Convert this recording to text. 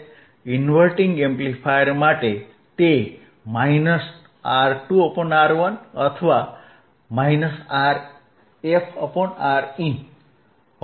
inverting amplifier માટે તે R2R1 અથવા RfRin હશે